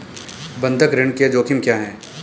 बंधक ऋण के जोखिम क्या हैं?